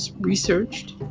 researched